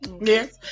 yes